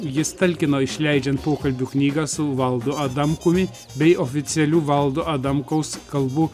jis talkino išleidžiant pokalbių knygą su valdu adamkumi bei oficialių valdo adamkaus kalbų